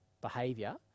behavior